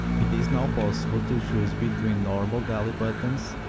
it is now possible to choose between normal dali buttons,